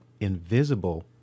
invisible